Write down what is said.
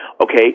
okay